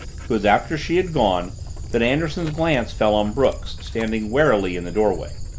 it was after she had gone that anderson's glance fell on brooks, standing warily in the doorway.